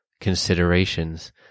considerations